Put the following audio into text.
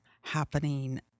happening